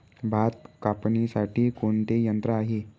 भात कापणीसाठी कोणते यंत्र आहे?